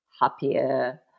happier